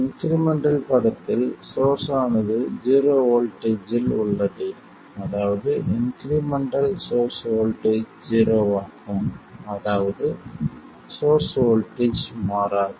incremental படத்தில் source ஆனது zero voltage இல் உள்ளது அதாவது இன்க்ரிமெண்டல் சோர்ஸ் வோல்ட்டேஜ் ஜீரோவாகும் அதாவது சோர்ஸ் வோல்ட்டேஜ் மாறாது